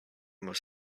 most